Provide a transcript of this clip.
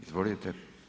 Izvolite.